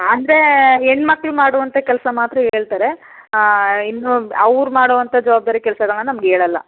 ಆದ್ರೇ ಹೆಣ್ಮಕ್ಳು ಮಾಡುವಂಥ ಕೆಲಸ ಮಾತ್ರ ಹೇಳ್ತಾರೆ ಇನ್ನೂ ಅವ್ರು ಮಾಡುವಂಥ ಜವಾಬ್ದಾರಿ ಕೆಲಸಗಳನ್ನು ನಮ್ಗೆ ಹೇಳೋಲ್ಲ